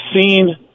seen